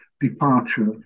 departure